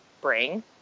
bring